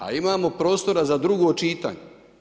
A imamo prostora za drugo čitanje.